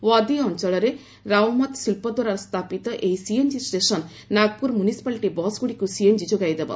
ଖ୍ୱାଜି ଅଞ୍ଚଳରେ ରାଓ୍ପମତ ଶିଳ୍ପ ଦ୍ୱାରା ସ୍ଥାପିତ ଏହି ସିଏନ୍ଜି ଷ୍ଟେସନ୍ ନାଗପୁର ମ୍ୟୁନିସିପାଲିଟି ବସ୍ଗୁଡ଼ିକୁ ସିଏନ୍ଜି ଯୋଗାଇ ଦେବ